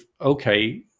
okay